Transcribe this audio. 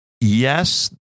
yes